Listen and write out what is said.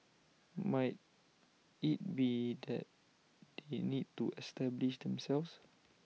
might IT be that they need to establish themselves